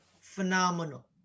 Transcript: Phenomenal